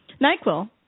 NyQuil